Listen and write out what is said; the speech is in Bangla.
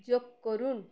যোগ করুন